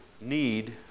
need